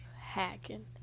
hacking